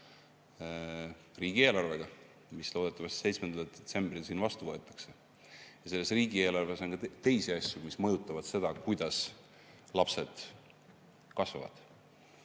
riigieelarvega, mis loodetavasti 7. detsembril siin vastu võetakse. Selles riigieelarves on ka teisi asju, mis mõjutavad seda, kuidas lapsed kasvavad.